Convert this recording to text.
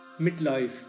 midlife